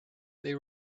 they